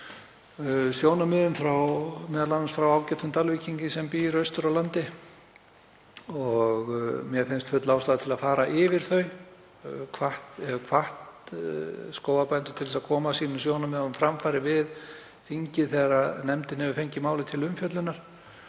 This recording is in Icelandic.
sjónarmiðum, m.a. frá ágætum Dalvíkingi sem býr austur á landi, og mér finnst full ástæða til að fara yfir þau. Ég hef hvatt skógarbændur til að koma sínum sjónarmiðum á framfæri við þingið þegar nefndin hefur fengið málið til umfjöllunar.